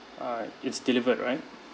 uh it's delivered right